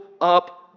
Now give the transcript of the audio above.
up